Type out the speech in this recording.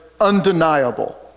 undeniable